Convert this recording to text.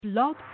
Blog